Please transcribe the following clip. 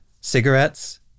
cigarettes